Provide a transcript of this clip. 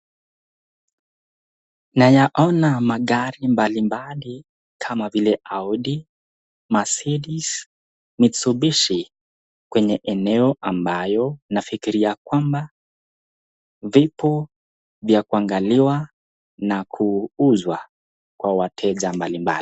Nayaona magari mbalimbali kama vili (cs)audi(cs), (cs)Mercedes(cs), Mitsubishi kwenye eneo ambayo nafikiria kwamba vipo vya kuangaliwa na kuuzwa kwa wateja mbalimbali.